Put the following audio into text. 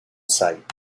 sight